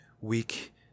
weak